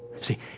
See